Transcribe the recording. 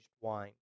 wine